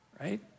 Right